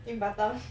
in batam